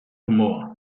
humor